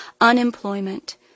unemployment